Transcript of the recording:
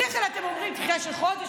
בדרך כלל אתם אומרים דחייה של חודש,